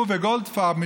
הוא וגולדפרב,